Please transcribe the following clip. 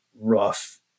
rough